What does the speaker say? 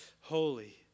holy